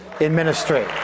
ministry